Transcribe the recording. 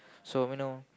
so you know